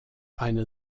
eine